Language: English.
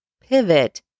pivot